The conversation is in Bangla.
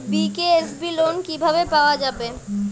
বি.কে.এস.বি লোন কিভাবে পাওয়া যাবে?